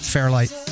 Fairlight